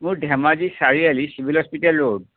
মোৰ Dhemaji Chariali civil hospital road